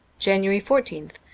january fourteenth